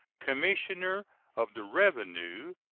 commissioner of the revenue,